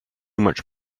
much